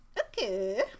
okay